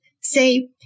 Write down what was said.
say